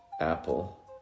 Apple